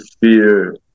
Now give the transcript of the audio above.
fear